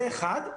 זה דבר אחד.